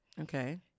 Okay